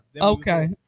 Okay